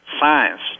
science